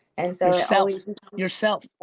and so so yeah yourself,